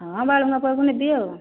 ହଁ ବାଳୁଙ୍ଗା ପୁଅକୁ ନେବି ଆଉ